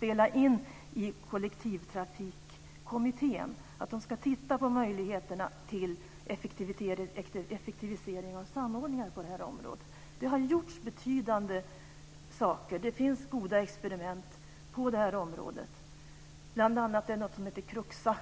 in dessa tankar i Kollektivtrafikkommittén, som ska titta på möjligheterna till effektivare samordning på det här området. Det har gjorts betydande insatser i form av goda experiment på det här området, bl.a. genom något som kallas Kruxa.